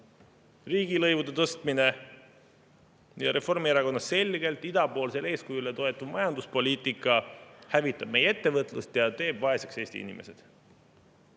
riigilõivude tõstmine. Reformierakonna selgelt idapoolsele eeskujule toetuv majanduspoliitika hävitab meie ettevõtlust ja teeb vaeseks Eesti inimesed.